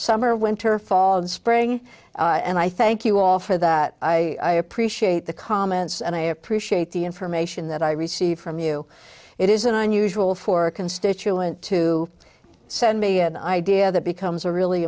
summer winter fall and spring and i thank you all for that i appreciate the comments and i appreciate the information that i received from you it is an unusual for a constituent to send me an idea that becomes a really